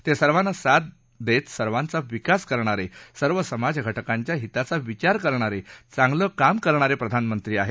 ते सर्वांना साथ देत सर्वांचा विकास करणारे सर्व समाजघटकांच्या हिताचा विचार करणारे चांगलं काम करणारे प्रधानमंत्री आहेत